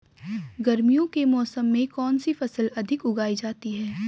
गर्मियों के मौसम में कौन सी फसल अधिक उगाई जाती है?